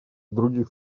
других